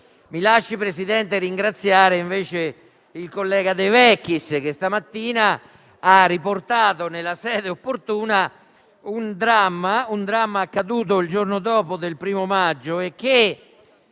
mi lasci ringraziare invece il collega De Vecchis, che questa mattina ha riportato nella sede opportuna un dramma accaduto due giorni dopo il 1° maggio: